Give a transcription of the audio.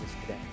today